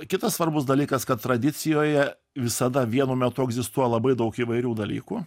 kitas svarbus dalykas kad tradicijoje visada vienu metu egzistuoja labai daug įvairių dalykų